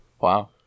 Wow